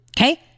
okay